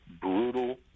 brutal